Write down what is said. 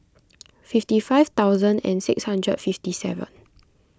fifty five thousand and six hundred fifty seven